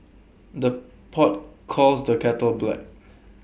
the pot calls the kettle black